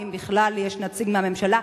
ואם בכלל יש נציג מהממשלה.